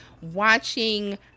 watching